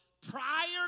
prior